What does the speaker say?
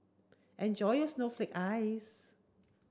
enjoy your snowflake ice